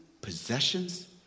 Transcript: possessions